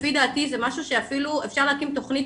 לפי דעתי זה משהו שאפילו אפשר להקים תכנית